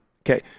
Okay